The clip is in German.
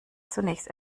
zunächst